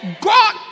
God